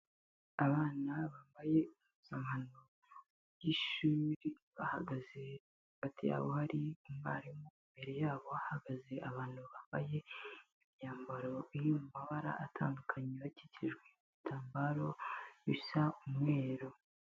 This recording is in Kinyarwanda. Abana bambaye impuzankano y'ishuri bahagaze hagati yabo hari umwarimu, imbere yabo hahagaze abantu bambaye imyambaro iri mu mabara atandukanye, bakikijwe n'ibitambaro bisa umweru.